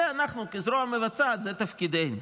זה אנחנו כזרוע מבצעת, זה תפקידנו.